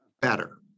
better